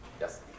Yes